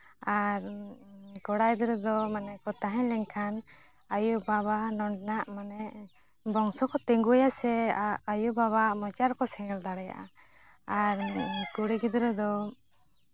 ᱟᱨ ᱠᱚᱲᱟ ᱜᱤᱫᱽᱨᱟᱹ ᱫᱚ ᱢᱟᱱᱮ ᱠᱚ ᱛᱟᱦᱮᱸ ᱞᱮᱱᱠᱷᱟᱱ ᱟᱹᱭᱩᱼᱵᱟᱵᱟ ᱱᱚᱸᱰᱮᱱᱟᱜ ᱢᱟᱱᱮ ᱵᱚᱝᱥᱚ ᱠᱚ ᱛᱤᱸᱜᱩᱭᱟ ᱥᱮ ᱟᱹᱭᱩᱼᱵᱟᱵᱟᱣᱟᱜ ᱢᱚᱪᱟ ᱨᱮᱠᱚ ᱥᱮᱸᱜᱮᱞ ᱫᱟᱲᱮᱭᱟᱜᱼᱟ ᱟᱨ ᱠᱩᱲᱤ ᱜᱤᱫᱽᱨᱟᱹ ᱫᱚ